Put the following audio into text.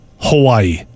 Hawaii